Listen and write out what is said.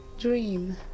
Dream